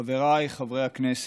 חבריי חברי הכנסת,